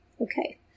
Okay